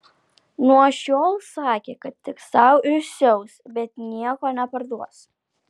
nuo šiol sakė kad tik sau išsiaus bet nieko neparduos